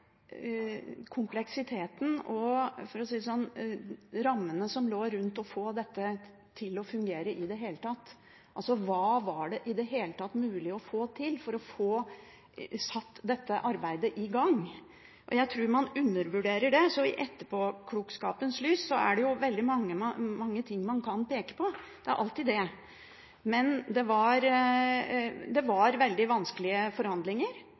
kompleksiteten og rammene som lå rundt det å få dette til å fungere i det hele tatt. Altså: Hva var det i det hele tatt mulig å få til, for å få satt dette arbeidet i gang? Jeg tror at man undervurderer det. I etterpåklokskapens lys er det jo veldig mange ting man kan peke på – det er det alltid. Men det var veldig vanskelige forhandlinger, og det var dette man kom fram til som det